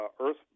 earth